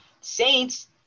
Saints